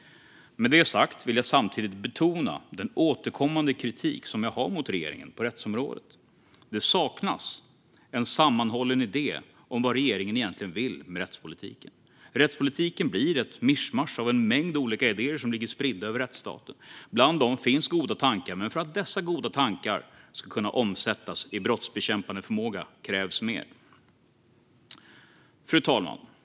Med det sagt vill jag samtidigt betona den återkommande kritik som jag har mot regeringen på rättsområdet, nämligen att det saknas en sammanhållen idé om vad regeringen egentligen vill med rättspolitiken. Rättspolitiken blir ett mischmasch av en mängd olika idéer som ligger spridda över rättsstaten. Bland dem finns goda tankar, men för att dessa goda tankar ska kunna omsättas i brottsbekämpande förmåga krävs mer. Fru talman!